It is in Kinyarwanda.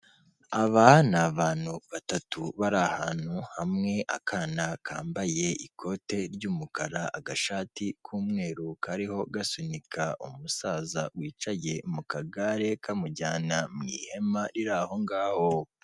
Aba ni abantu batatu bari ahantu hamwe, akana kambaye ikote ry'umukara, agashati k'umweru kariho gasunika umusaza wicaye mu kagare kamujyana mu ihema riri aho ngaho.